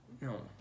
No